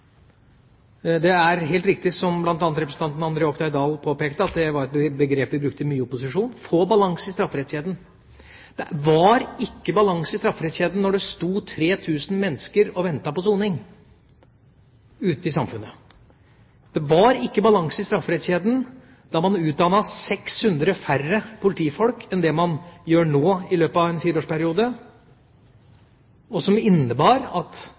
Det er helt riktig, som bl.a. representanten André Oktay Dahl påpekte, at det var et begrep vi brukte mye i opposisjon, å få balanse i strafferettskjeden. Det var ikke balanse i strafferettskjeden da det sto 3 000 mennesker og ventet på soning ute i samfunnet. Det var ikke balanse i strafferettskjeden da man utdannet 600 færre politifolk enn det man gjør nå i løpet av en fireårsperiode, og som innebar at